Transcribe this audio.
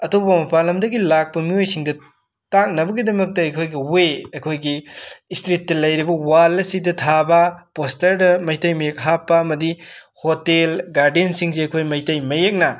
ꯑꯇꯣꯄ ꯃꯄꯥꯟ ꯂꯝꯗꯒꯤ ꯂꯥꯛꯄ ꯃꯤꯌꯣꯏꯁꯤꯡꯗ ꯇꯥꯛꯅꯕꯒꯤꯗꯃꯛꯇ ꯑꯩꯈꯣꯏꯒꯤ ꯋꯦ ꯑꯩꯈꯣꯏꯒꯤ ꯏꯁꯇ꯭ꯔꯤꯠꯇ ꯂꯩꯔꯤꯕ ꯋꯥꯜ ꯑꯁꯤꯗ ꯊꯥꯕ ꯄꯣꯁꯇꯔꯗ ꯃꯩꯇꯩ ꯃꯌꯦꯛ ꯍꯥꯞꯞ ꯑꯃꯗꯤ ꯍꯣꯇꯦꯜ ꯒꯥꯔꯗꯦꯟꯁꯤꯡꯁꯦ ꯑꯈꯣꯏ ꯃꯩꯇꯩ ꯃꯌꯦꯛꯅ